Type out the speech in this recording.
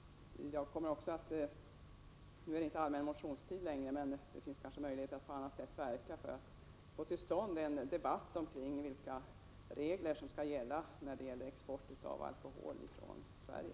Det är inte allmän motionstid längre, men det finns kanske möjligheter att på annat sätt verka för att få till stånd en debatt om vilka regler som skall gälla vid export av alkoholprodukter från Sverige.